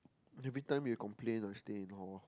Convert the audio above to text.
everytime they complain ah stay in hall